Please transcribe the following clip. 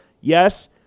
yes